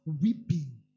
weeping